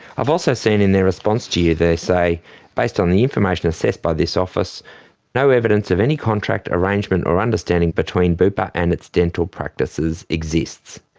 i've also seen in their response to you they say based on the information assessed by this office no evidence of any contract arrangement or understanding between bupa and its dental practices exists.